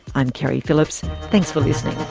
i'm keri phillips. thanks for listening